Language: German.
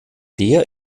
der